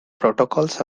protocols